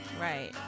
Right